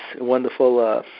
wonderful